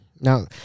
Now